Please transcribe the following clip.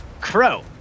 Crow